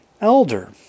elder